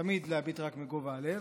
תמיד להביט רק בגובה הלב.